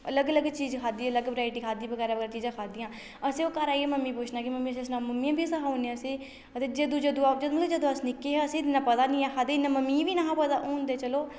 अलग अलग चीज़ खाद्धी अलग वैरायटी खाद्धी बगैरा बगैरा चीजां खाद्धियां असें ओह् घर आइयै मम्मी पुच्छना कि असीं सना मम्मियै बी सखाउड़ना असेंईं अते जदूं जदूंआ मतलब जदूं अस निक्के हे असें इन्ना पता नेईं ऐ हा ते इन्ना मम्मी बी निहा पता हून ते चलो